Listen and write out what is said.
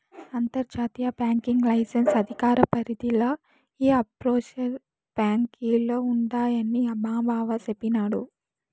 అంతర్జాతీయ banking licence అధికార పరిదిల ఈ ఆప్షోర్ బాంకీలు ఉండాయని మాబావ సెప్పిన్నాడు